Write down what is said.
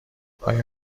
آیا